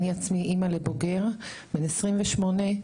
אני עצמי אימא לבוגר בן 28,